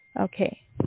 Okay